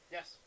Yes